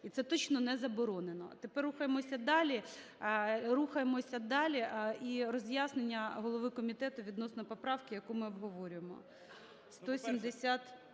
і це точно не заборонено. Тепер рухаємося далі. Рухаємося далі. І роз'яснення голови комітету відносно поправки, яку ми обговорюємо,